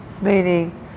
meaning